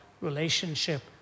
relationship